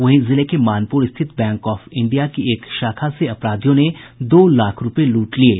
वहीं जिले के मानपुर स्थित बैंक ऑफ इंडिया की एक शाखा से अपराधियों ने दो लाख रूपये लूट लिये